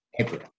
April